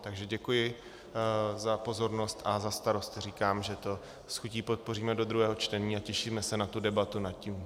Takže děkuji za pozornost a za Starosty říkám, že to s chutí podpoříme do druhého čtení a těšíme se na debatu nad tím.